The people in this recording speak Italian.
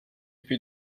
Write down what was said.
più